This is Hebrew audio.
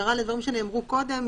הערה לדברים שנאמרו קודם,